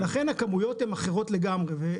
לכן, הכמויות הן אחרות לגמרי.